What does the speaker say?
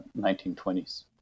1920s